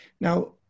Now